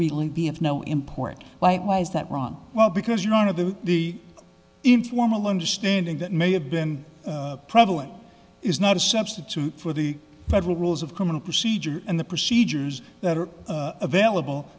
really be of no import by my eyes that ron well because you're out of the the informal understanding that may have been prevalent is not a substitute for the federal rules of criminal procedure and the procedures that are available